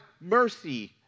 mercy